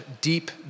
deep